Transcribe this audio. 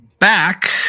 Back